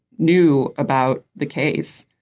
new about the case.